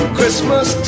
Christmas